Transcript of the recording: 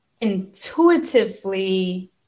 intuitively